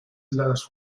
heladas